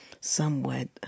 somewhat